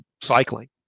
cycling